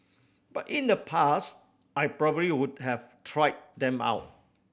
but in the past I probably would have tried them out